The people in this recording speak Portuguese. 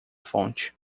fonte